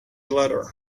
letter